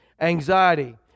Anxiety